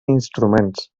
instruments